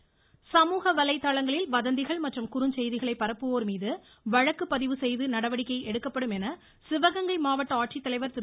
இருவரி சமூக வலைதளங்களில் வதந்திகள் மற்றும் குறுஞ்செய்திகளை பரப்புவோர் மீது பதிவு செய்து நடவடிக்கை எடுக்கப்படும் என சிவகங்கை மாவட்ட வழக்கு ஆட்சித்தலைவர் திரு